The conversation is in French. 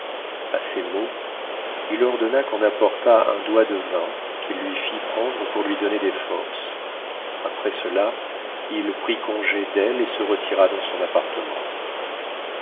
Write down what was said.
a ces mots il ordonna qu'on apportât un doigt de vin qu'il lui fit prendre pour lui donner des forces après cela il prit congé d'elle et se retira dans son appartement